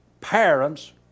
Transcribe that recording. parents